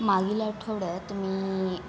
मागील आठवड्यात मी